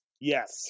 Yes